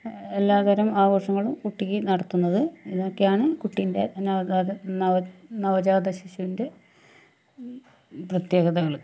എല്ലാ തരം ആഘോഷങ്ങളും കുട്ടിക്ക് നടത്തുന്നത് ഇതൊക്കെയാണ് കുട്ടീൻ്റെ നവത നവ നവജാതശിശുവിൻ്റെ പ്രത്യേകതകൾ